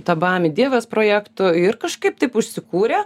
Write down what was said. tabami divas projektu ir kažkaip taip užsikūrė